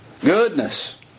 Goodness